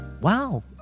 wow